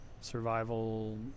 survival